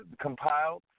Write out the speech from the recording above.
compiled